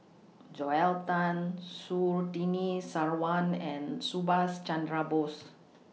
Joel Tan Surtini Sarwan and Subhas Chandra Bose